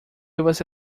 você